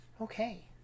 okay